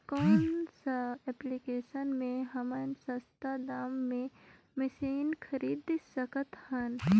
कौन सा एप्लिकेशन मे हमन सस्ता दाम मे मशीन खरीद सकत हन?